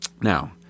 Now